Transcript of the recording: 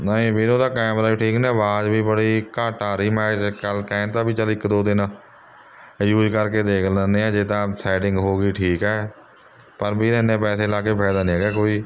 ਨਹੀਂ ਵੀਰ ਉਹਦਾ ਕੈਮਰਾ ਵੀ ਠੀਕ ਨਹੀਂ ਨਾ ਆਵਾਜ਼ ਵੀ ਬੜੀ ਘੱਟ ਆ ਰਹੀ ਮੈਂ ਅਜੇ ਕੱਲ੍ਹ ਕਹਿਣ ਤਾਂ ਵੀ ਚਲ ਇੱਕ ਦੋ ਦਿਨ ਯੂਜ ਕਰਕੇ ਦੇਖ ਲੈਦੇ ਹਾਂ ਜੇ ਤਾਂ ਸੈਟਿੰਗ ਹੋ ਗਈ ਠੀਕ ਹੈ ਪਰ ਵੀਰ ਐਨੇ ਪੈਸੇ ਲਾ ਕੇ ਫਾਇਦਾ ਨਹੀਂ ਹੈਗਾ ਕੋਈ